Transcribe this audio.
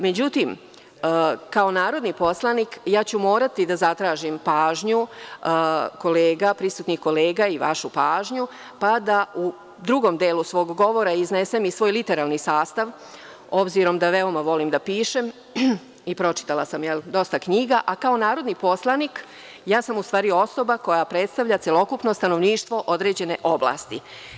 Međutim, kao narodni poslanik, ja ću morati da zatražim pažnju prisutnih kolega i vašu pažnju, pa da u drugom delu svog govora iznesem i svoj literalni sastav, obzirom da veoma volim da pišem, a i pročitala sam dosta knjiga, a kao narodni poslanik, ja sam u stvari osoba koja predstavlja celokupno stanovništvo određene oblasti.